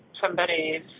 somebody's